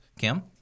Kim